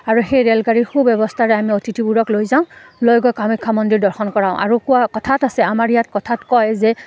আৰু সেই ৰে'লগাড়ীৰ সু ব্যৱস্থাৰে আমি অতিথিবোৰক লৈ যাওঁ লৈ গৈ কামাখ্যা মন্দিৰ দৰ্শন কৰাওঁ আৰু কোৱা কথাত আছে আমাৰ ইয়াত কথাত কয় যে